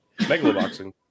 Megaloboxing